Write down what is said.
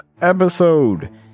episode